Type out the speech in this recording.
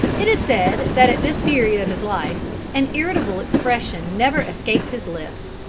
it is said that at this period of his life an irritable expression never escaped his lips.